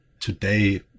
today